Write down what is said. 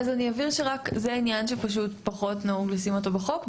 אבהיר שזה עניין שפחות נהוג לשים אותו בחוק.